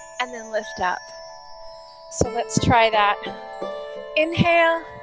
and then lift up so let's try that inhale